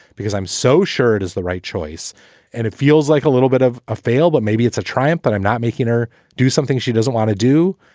because i'm so sure it is the right choice and it feels like a little bit of a fail. but maybe it's a triumph. but i'm not making her do something she doesn't want to do,